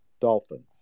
Dolphins